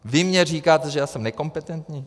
Vy mně říkáte, že já jsem nekompetentní?